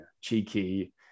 cheeky